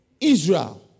Israel